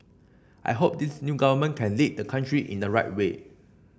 I hope this new government can lead the country in the right way